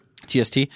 TST